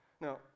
now